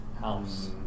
house